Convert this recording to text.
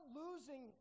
losing